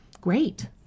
great